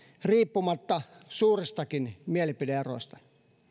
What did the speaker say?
riippumatta suuristakin mielipide eroista